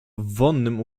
wonnym